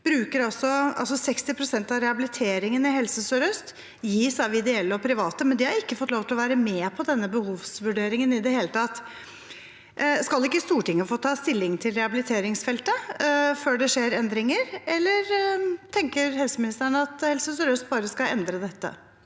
er at 60 pst. av rehabiliteringen i Helse sør-øst gis av ideelle og private, men de har ikke fått lov til å være med på denne behovsvurderingen i det hele tatt. Skal ikke Stortinget få ta stilling til rehabiliteringsfeltet før det skjer endringer, eller tenker helseministeren at Helse sør-øst bare skal endre dette?